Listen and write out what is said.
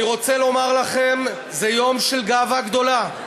אני רוצה לומר לכם: זה יום של גאווה גדולה,